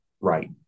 right